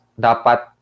dapat